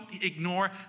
ignore